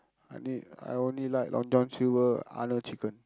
I need I only like Long-John-Silver Arnold's-chicken